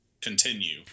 continue